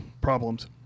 problems